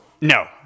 No